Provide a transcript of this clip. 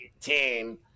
team